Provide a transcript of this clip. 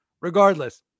regardless